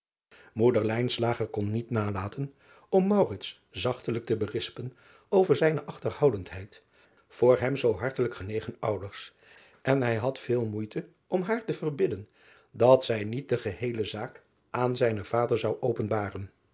kon niet nalaten om zachtelijk te berispen over zijne achterhoudendheid voor hem zoo hartelijk genegen ouders en hij had veel moeite om haar te verbidden dat zij niet de geheele zaak aan zijnen vader zou openbaren